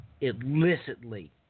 illicitly